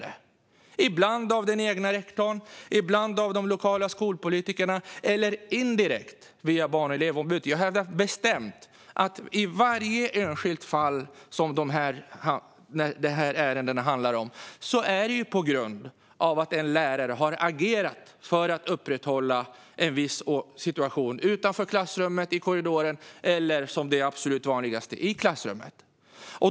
De blir det ibland av den egna rektorn, de lokala skolpolitikerna eller indirekt via Barn och elevombudet. Jag hävdar bestämt att det i varje enskilt fall handlar om att en enskild lärare har agerat för att upprätthålla en viss situation utanför klassrummet, i korridoren eller absolut vanligast i klassrummet.